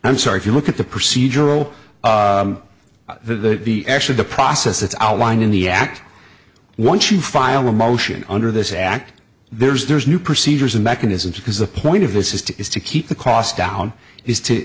i'm sorry if you look at the procedural the the actually the process that's outlined in the act once you file a motion under this act there's there's new procedures and mechanisms because the point of this is to is to keep the cost down is to